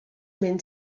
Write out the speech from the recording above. mynd